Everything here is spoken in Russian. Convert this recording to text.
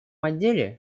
отделе